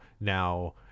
now